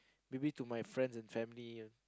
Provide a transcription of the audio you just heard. maybe to my friends and family